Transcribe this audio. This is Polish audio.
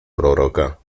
proroka